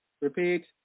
Repeat